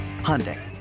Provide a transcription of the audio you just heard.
Hyundai